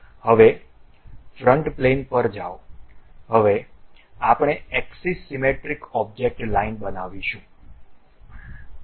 હવે નવું part OK click કરો હવે ફ્રન્ટ પ્લેન પર જાઓ હવે આપણે એક્સિસ સીમેટ્રિક ઑબ્જેક્ટ લાઇન બનાવીશું